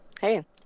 Hey